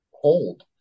hold